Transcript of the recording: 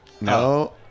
No